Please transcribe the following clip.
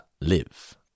live